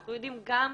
אנחנו יודעים גם,